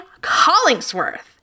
Collingsworth